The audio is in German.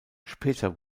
später